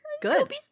Good